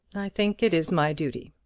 i think it is my duty.